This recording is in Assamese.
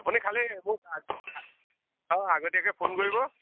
আপুনি খালি মোক অঁ অঁ আগতীয়াকৈ ফোন কৰিব